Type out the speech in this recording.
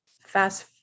Fast